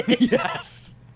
Yes